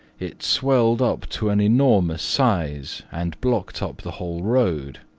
it swelled up to an enormous size and blocked up the whole road.